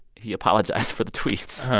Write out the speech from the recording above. he apologized for the tweets